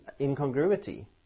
incongruity